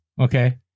Okay